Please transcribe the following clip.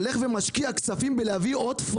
עם כל הכבוד לו,